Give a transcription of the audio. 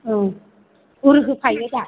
औ गुर होफायो दा